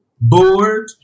Board